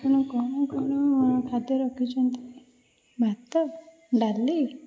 ଆପଣ କ'ଣ କ'ଣ ଖାଦ୍ୟ ରଖିଛନ୍ତି ଭାତ ଡାଲି